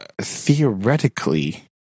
theoretically